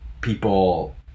people